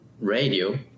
radio